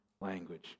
language